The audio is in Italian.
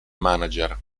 manager